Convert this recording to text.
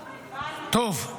טוב.